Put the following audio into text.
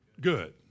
good